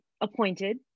appointed